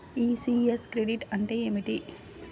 ECS credit అంటే ఏమిటి?